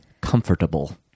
comfortable